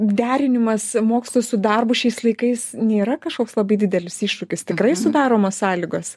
derinimas mokslų su darbu šiais laikais nėra kažkoks labai didelis iššūkis tikrai sudaromos sąlygos